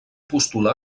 postula